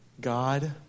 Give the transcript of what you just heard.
God